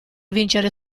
vincere